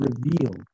revealed